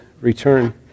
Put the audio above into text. return